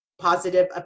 positive